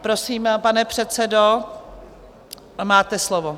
Prosím, pane předsedo, máte slovo.